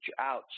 out